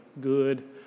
good